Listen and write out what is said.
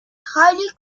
highly